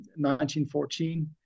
1914